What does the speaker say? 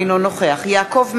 אינו נוכח יעקב מרגי,